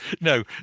no